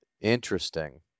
Interesting